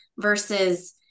versus